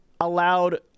allowed